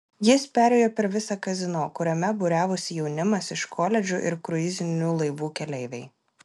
jis perėjo per visą kazino kuriame būriavosi jaunimas iš koledžų ir kruizinių laivų keleiviai